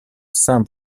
saint